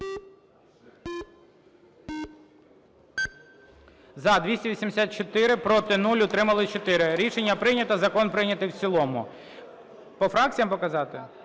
За-284. Проти – 0, утримались – 4. Рішення прийнято. Закон прийнятий в цілому. По фракціях показати?